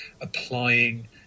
applying